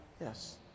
Yes